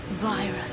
Byron